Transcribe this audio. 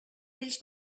ells